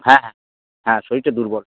হ্যাঁ হ্যাঁ হ্যাঁ শরীরটা দুর্বল